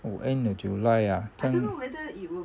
oh end of july ah 这样